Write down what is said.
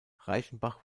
reichenbach